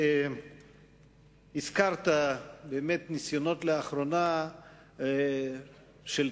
הזכרת באמת ניסיונות שנעשו לאחרונה של